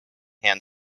hand